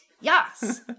Yes